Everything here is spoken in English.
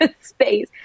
space